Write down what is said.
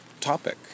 topic